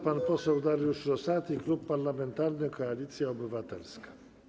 Pan poseł Dariusz Rosati, Klub Parlamentarny Koalicja Obywatelska.